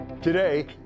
Today